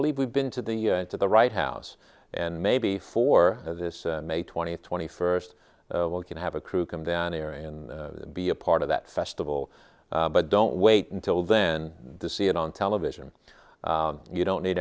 believe we've been to the to the right house and maybe for this may twentieth twenty first of all can have a crew come down here and be a part of that festival but don't wait until then to see it on television you don't need